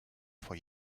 vor